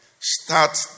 start